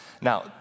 Now